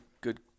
good